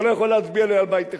אתה לא יכול להצביע לי על בית אחד.